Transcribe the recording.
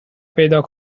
پیدا